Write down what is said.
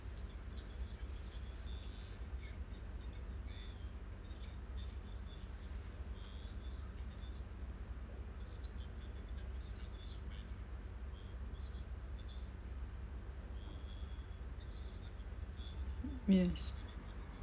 yes